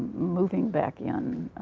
moving back in,